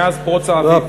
מאז פרוץ ה"אביב".